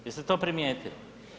Jeste to primijetili?